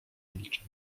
milczał